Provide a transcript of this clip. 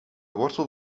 wortel